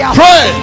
Pray